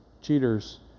cheaters